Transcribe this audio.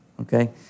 okay